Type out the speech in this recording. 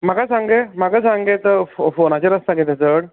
म्हाका सांग गे म्हाका सांग तो ते फो फोनाचेर आसता गे ते चड